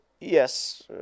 Yes